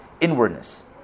inwardness